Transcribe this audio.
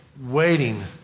waiting